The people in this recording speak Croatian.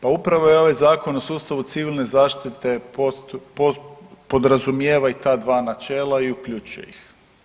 Pa upravo i ovaj Zakon o sustavu civilne zaštite podrazumijeva i ta dva načela i uključuje ih.